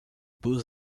beaux